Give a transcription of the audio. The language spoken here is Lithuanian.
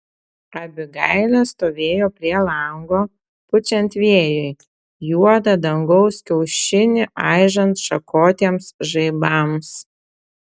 abigailė stovėjo prie lango pučiant vėjui juodą dangaus kiaušinį aižant šakotiems žaibams